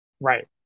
Right